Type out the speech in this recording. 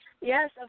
Yes